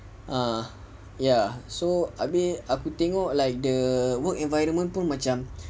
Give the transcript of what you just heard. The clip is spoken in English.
err ya so abeh aku tengok like the work environment macam